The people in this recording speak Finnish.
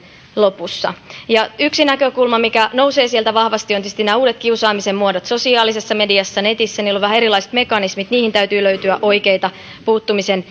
lopussa yksi näkökulma mikä nousee sieltä vahvasti on tietysti nämä uudet kiusaamisen muodot sosiaalisessa mediassa netissä niillä on vähän erilaiset mekanismit ja niihin täytyy löytyä oikeita puuttumisen